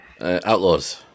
Outlaws